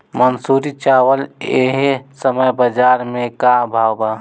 मंसूरी चावल एह समय बजार में का भाव बा?